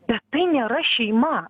bet tai nėra šeima